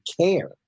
care